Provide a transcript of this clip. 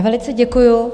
Velice děkuji.